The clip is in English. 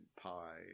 pi